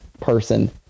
person